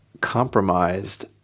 compromised